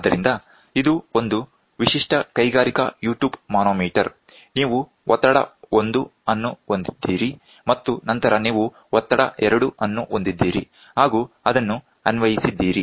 ಆದ್ದರಿಂದ ಇದು ಒಂದು ವಿಶಿಷ್ಟ ಕೈಗಾರಿಕಾ U ಟ್ಯೂಬ್ ಮಾನೋಮೀಟರ್ ನೀವು ಒತ್ತಡ 1 ಅನ್ನು ಹೊಂದಿದ್ದೀರಿ ಮತ್ತು ನಂತರ ನೀವು ಒತ್ತಡ 2 ಅನ್ನು ಹೊಂದಿದ್ದೀರಿ ಹಾಗೂ ಅದನ್ನು ಅನ್ವಯಿಸಿದ್ದೀರಿ